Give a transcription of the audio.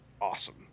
awesome